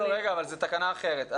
אבל זו תקנה אחרת.